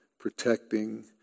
Protecting